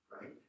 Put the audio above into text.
right